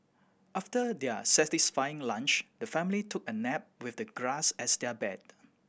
after their satisfying lunch the family took a nap with the grass as their bed